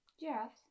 Giraffes